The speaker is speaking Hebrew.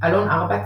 אלון ארבץ,